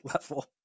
level